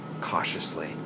cautiously